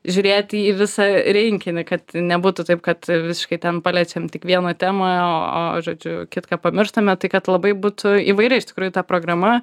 žiūrėti į visą rinkinį kad nebūtų taip kad visiškai ten paliečiam tik vieną temą o žodžiu kitką pamirštame tai kad labai būtų įvairi iš tikrųjų ta programa